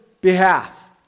behalf